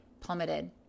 plummeted